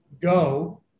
go